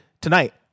tonight